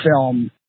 film